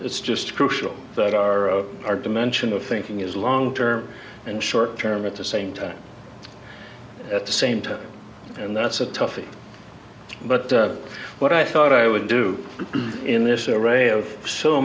it's just crucial that our our dimension of thinking is long term and short term at the same time at the same time and that's a toughie but what i thought i would do in this array of so